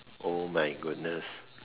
oh my goodness